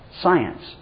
science